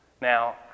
Now